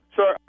Sir